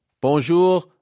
Bonjour